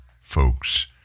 folks